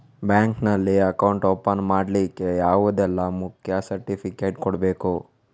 Bank ನಲ್ಲಿ account open ಮಾಡ್ಲಿಕ್ಕೆ ಯಾವುದೆಲ್ಲ ಮುಖ್ಯ ಸರ್ಟಿಫಿಕೇಟ್ ಕೊಡ್ಬೇಕು?